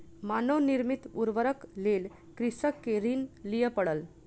मानव निर्मित उर्वरकक लेल कृषक के ऋण लिअ पड़ल